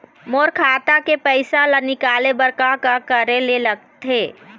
मोर खाता के पैसा ला निकाले बर का का करे ले लगथे?